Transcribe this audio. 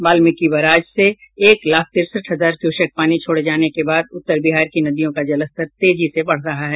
Valmikinagar barrage से एक लाख तिरसठ हजार क्यूसेक पानी छोड़े जाने के बाद उत्तर बिहार की नदियों का जलस्तर तेजी से बढ़ रहा है